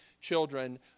children